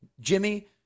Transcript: Jimmy